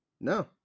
No